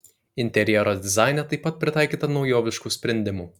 interjero dizaine taip pat pritaikyta naujoviškų sprendimų